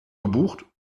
gebucht